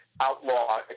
outlaw